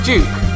Duke